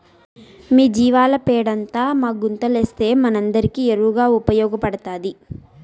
మీ జీవాల పెండంతా మా గుంతలేస్తే మనందరికీ ఎరువుగా ఉపయోగపడతాది